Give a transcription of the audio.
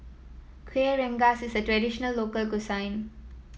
Kuih Rengas is a traditional local cuisine